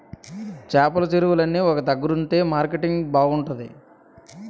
చేపల చెరువులన్నీ ఒక దగ్గరుంతె మార్కెటింగ్ బాగుంతాది